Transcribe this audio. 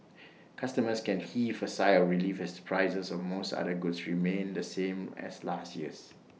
customers can heave A sigh of relief as prices of most other goods remain the same as last year's